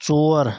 ژور